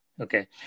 Okay